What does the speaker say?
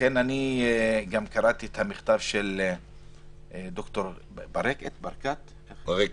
קראתי את המכתב של ד"ר משה ברקת.